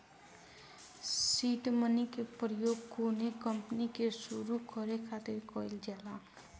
seed money के प्रयोग कौनो कंपनी के सुरु करे खातिर कईल जाला